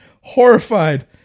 horrified